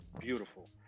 Beautiful